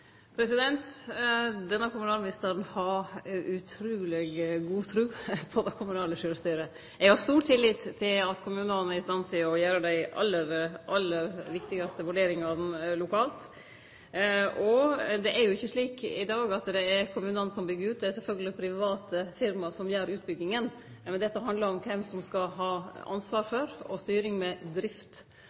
Denne kommunalministeren har utruleg god tru på det kommunale sjølvstyret. Eg har stor tillit til at kommunane er i stand til å gjere dei aller, aller viktigaste vurderingane lokalt. Og det er jo ikkje slik i dag at det er kommunane som byggjer ut; det er sjølvsagt private firma som gjer utbygginga. Men dette handlar om kven som skal ha ansvar for og styring med